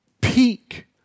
peak